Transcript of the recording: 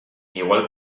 igual